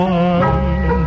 one